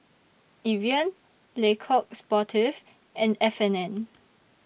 Evian Le Coq Sportif and F and N